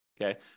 okay